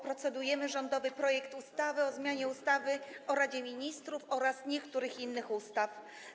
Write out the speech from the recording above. Procedujemy nad rządowym projektem ustawy o zmianie ustawy o Radzie Ministrów oraz niektórych innych ustaw.